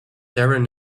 darren